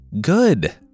Good